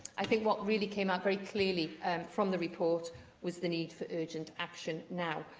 i think what really came out very clearly from the report was the need for urgent action now.